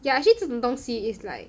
yeah actually 这种东西 is like